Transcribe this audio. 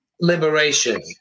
liberation